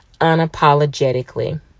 unapologetically